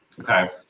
Okay